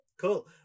cool